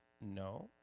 No